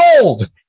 gold